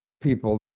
people